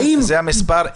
זה המספר.